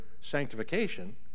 sanctification